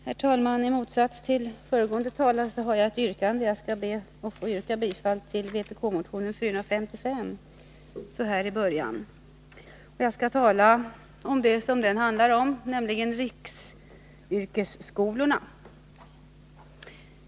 Herr talman! I motsats till föregående talare har jag ett yrkande. Jag ber så här i början att få yrka bifall till vpk-motionen 455. Jag skall tala om det som den handlar om, nämligen riksyrkesskolorna.